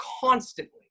Constantly